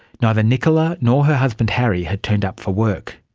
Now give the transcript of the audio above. neither nicola nor her husband harry had turned up for work.